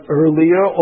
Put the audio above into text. earlier